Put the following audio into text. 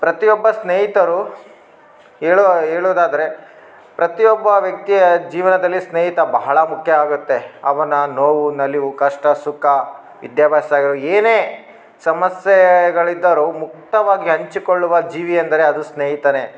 ಪ್ರತಿಯೊಬ್ಬ ಸ್ನೇಯಿತರು ಹೇಳುವ ಹೇಳುದಾದರೆ ಪ್ರತಿಯೊಬ್ಬ ವ್ಯಕ್ತಿಯ ಜೀವನದಲ್ಲಿ ಸ್ನೇಹಿತ ಬಹಳ ಮುಖ್ಯ ಆಗುತ್ತೆ ಅವನ ನೋವು ನಲಿವು ಕಷ್ಟ ಸುಖ ವಿದ್ಯಾಭ್ಯಾಸ ಆಗಿರ ಏನೇ ಸಮಸ್ಯೇಗಳಿದ್ದರು ಮುಕ್ತವಾಗಿ ಹಂಚಿಕೊಳ್ಳುವ ಜೀವಿ ಅಂದರೆ ಅದು ಸ್ನೇಹಿತನೆ